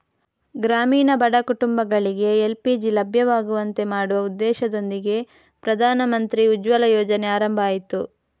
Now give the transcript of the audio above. ಗ್ರಾಮೀಣ ಬಡ ಕುಟುಂಬಗಳಿಗೆ ಎಲ್.ಪಿ.ಜಿ ಲಭ್ಯವಾಗುವಂತೆ ಮಾಡುವ ಉದ್ದೇಶದೊಂದಿಗೆ ಪ್ರಧಾನಮಂತ್ರಿ ಉಜ್ವಲ ಯೋಜನೆ ಆರಂಭ ಆಯ್ತು